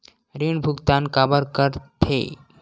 ऋण भुक्तान काबर कर थे?